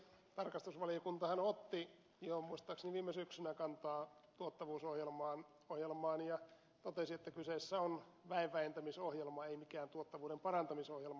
tarkastusvaliokuntahan otti jo muistaakseni viime syksynä kantaa tuottavuusohjelmaan ja totesi että kyseessä on väenvähentämisohjelma ei mikään tuottavuuden parantamisohjelma